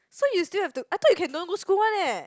so you still have to I thought you can don't go school one leh